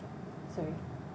sorry